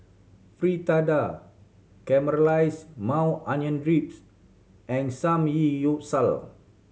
Fritada Caramelized Maui Onion Drips and Samgeyopsal